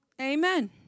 Amen